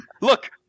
Look